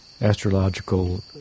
astrological